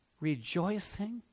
Rejoicing